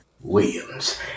Williams